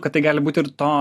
kad tai gali būt ir to